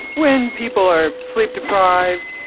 when people are sleep deprived,